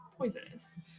poisonous